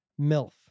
MILF